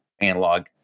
analog